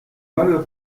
malheur